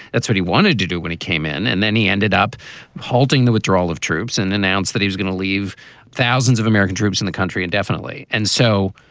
that's what he wanted to do when he came in. and then he ended up halting the withdrawal of troops and announced that he was going to leave thousands of american troops in the country indefinitely and so.